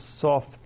soft